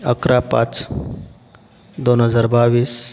अकरा पाच दोन हजार बावीस